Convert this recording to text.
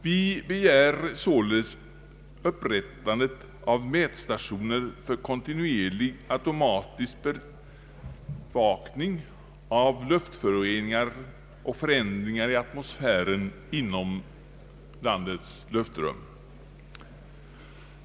Vi begär således upprättandet av mätstationer för kontinuerlig automatisk bevakning av luftföroreningar och förändringar i atmosfären inom landets luftrum.